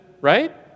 right